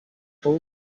all